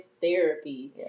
therapy